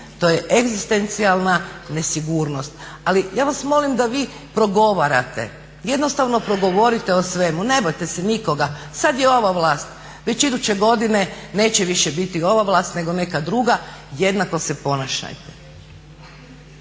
to je egzistencijalna nesigurnost. Ali ja vas molim da vi progovarate, jednostavno progovorite o svemu, ne bojte se nikoga. Sada je ova vlast, već iduće godine neće više biti ova vlast nego neka druga, jednako se ponašajte.